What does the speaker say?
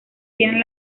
tiene